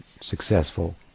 successful